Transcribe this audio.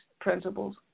principles